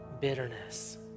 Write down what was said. bitterness